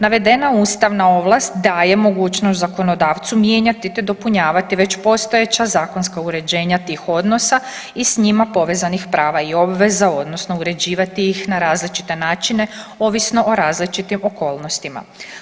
Navedena ustavna ovlast daje mogućnost zakonodavcu mijenjati te dopunjavati već postojeća zakonska uređenja tih odnosa i s njima povezanih prava i obveza odnosno uređivati ih na različite načine ovisno o različitim okolnostima.